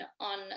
on